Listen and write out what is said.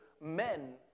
men